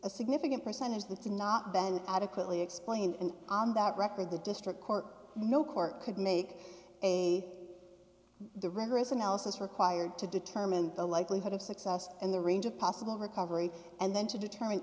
a significant percentage that's not been adequately explained and on that record the district court no court could make a the rigorous analysis required to determine the likelihood of success and the range of possible recovery and then to determine